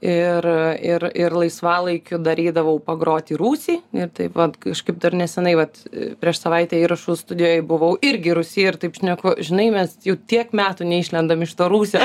ir ir ir laisvalaikiu dar eidavau pagrot į rūsį ir taip vat kažkaip dar nesenai vat prieš savaitę įrašų studijoj buvau irgi rūsy ir taip šneku žinai mes jau tiek metų neišlendam iš to rūsio